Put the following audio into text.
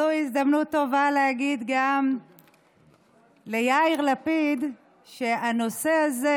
זו הזדמנות טובה להגיד גם ליאיר לפיד שהנושא הזה,